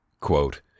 quote